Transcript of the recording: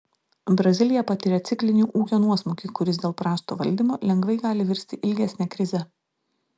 brazilija patiria ciklinį ūkio nuosmukį kuris dėl prasto valdymo lengvai gali virsti ilgesne krize